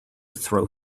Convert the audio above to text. throw